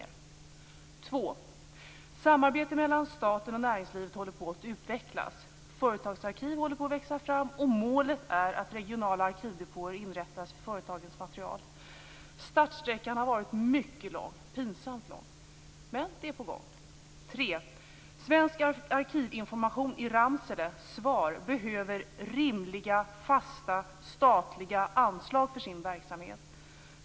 För det andra: Samarbetet mellan staten och näringslivet håller på att utvecklas. Företagsarkiv håller på att växa fram, och målet är att regionala arkivdepåer inrättas för företagens material. Startsträckan har varit mycket lång, pinsamt lång. Men det är på gång. För det tredje: Svensk arkivinformation i Ramsele, SVAR, behöver rimliga fasta statliga anslag för sin verksamhet.